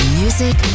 music